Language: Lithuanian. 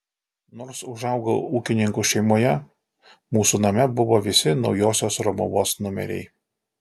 nors užaugau ūkininkų šeimoje mūsų name buvo visi naujosios romuvos numeriai